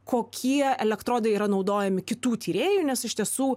kokie elektrodai yra naudojami kitų tyrėjų nes iš tiesų